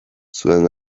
zuen